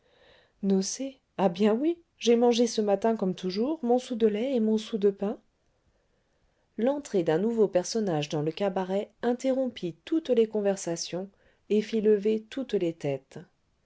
ah bien oui j'ai mangé ce matin comme toujours mon sou de lait et mon sou de pain l'entrée d'un nouveau personnage dans le cabaret interrompit toutes les conversations et fit lever toutes les têtes